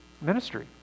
ministry